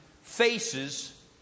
faces